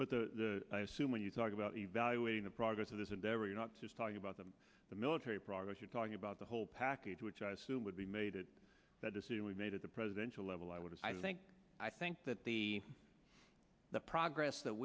but the i assume when you talk about evaluating the progress of this endeavor you're not just talking about the the military progress you're talking about the whole package which i assume would be made that decision we made at the presidential level i would think i think that the the progress that